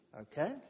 okay